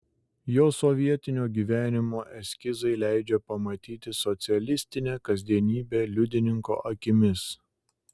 jo sovietinio gyvenimo eskizai leidžia pamatyti socialistinę kasdienybę liudininko akimis